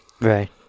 Right